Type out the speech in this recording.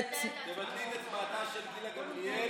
תבטלי את הצבעתה של גילה גמליאל,